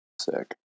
sick